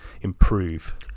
improve